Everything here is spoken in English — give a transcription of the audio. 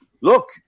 Look